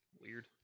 Weird